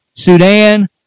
Sudan